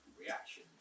reaction